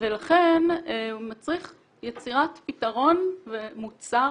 ולכן מצריך הוא יצירת פתרון ומוצר,